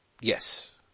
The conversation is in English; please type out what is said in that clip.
Yes